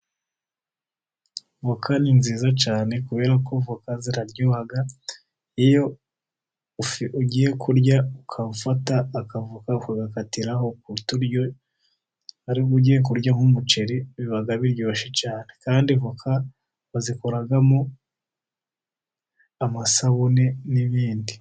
Voka ni nziza cyane, kubera ko voka ziraryoha, iyo ugiye kurya ugafata akavoka ukagakatiraho ku turyo, ari bwo ugiye kurya nk'umuceri biraryoha cyane, kandi voka bazikoramo amasabune n'ibindi.